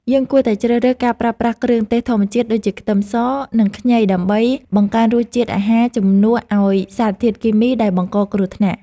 យើងគួរតែជ្រើសរើសការប្រើប្រាស់គ្រឿងទេសធម្មជាតិដូចជាខ្ទឹមស និងខ្ញីដើម្បីបង្កើនរសជាតិអាហារជំនួសឲ្យសារធាតុគីមីដែលបង្កគ្រោះថ្នាក់។